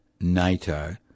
NATO